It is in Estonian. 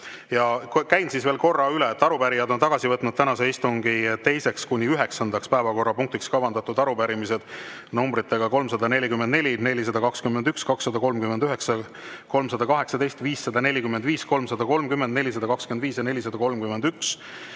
Käin siis veel korra üle. Arupärijad on tagasi võtnud tänase istungi 2.–9. päevakorrapunktiks kavandatud arupärimised numbritega 344, 421, 239, 318, 545, 330, 425 ja 431